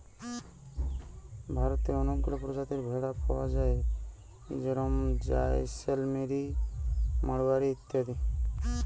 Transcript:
ভারতে অনেকগুলা প্রজাতির ভেড়া পায়া যায় যেরম জাইসেলমেরি, মাড়োয়ারি ইত্যাদি